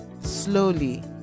slowly